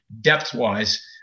depth-wise